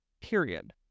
period